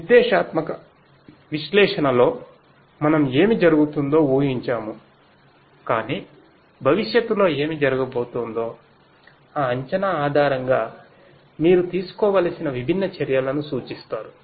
నిర్దేశాత్మకవిశ్లేషణలో మనం ఏమి జరుగుతుందో ఊహించాము కాని భవిష్యత్తులో ఏమి జరగబోతోందో ఆ అంచనా ఆధారంగా మీరు తీసుకోవలసిన విభిన్న చర్యలను సూచిస్తారు